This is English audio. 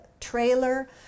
trailer